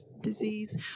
disease